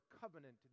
covenant